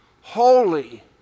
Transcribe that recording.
holy